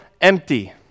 empty